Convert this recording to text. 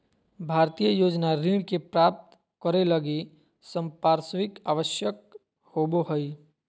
भारतीय योजना ऋण के प्राप्तं करे लगी संपार्श्विक आवश्यक होबो हइ